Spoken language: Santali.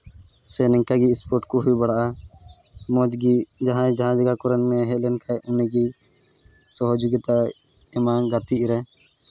ᱥᱮ ᱱᱚᱝᱠᱟᱜᱮ ᱥᱯᱳᱨᱴ ᱠᱚ ᱦᱩᱭ ᱵᱟᱲᱟᱜᱼᱟ ᱢᱚᱡᱽ ᱜᱮ ᱡᱟᱦᱟᱸᱭ ᱡᱟᱦᱟᱸ ᱡᱟᱭᱜᱟ ᱠᱚᱨᱮᱱ ᱮ ᱦᱮᱡ ᱞᱮᱱᱠᱷᱟᱡ ᱩᱱᱤᱜᱮ ᱥᱚᱦᱚᱡᱳᱜᱤᱛᱟᱭ ᱮᱢᱟ ᱜᱟᱛᱮ ᱨᱮ